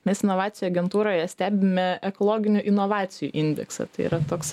nes inovacijų agentūroje stebime ekologinių inovacijų indeksą tai yra toks